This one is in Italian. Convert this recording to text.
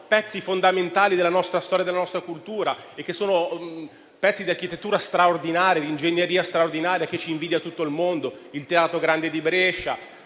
pezzi fondamentali della nostra storia e della nostra cultura e che sono pezzi di architettura e di ingegneria straordinari, che ci invidia tutto il mondo, come il Teatro Grande di Brescia